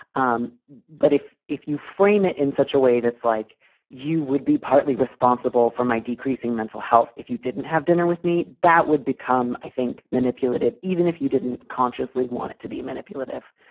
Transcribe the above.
um but if if you frame it in such a way that's like you would be partly responsible for my decreasing mental health. if you didn't have dinner with me, that would become, i think, manipulative, even if you didn't consciously want it to be manipulative.